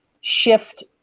shift